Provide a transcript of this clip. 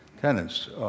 tenants